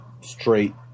straight